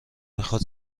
میخواد